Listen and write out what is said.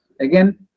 Again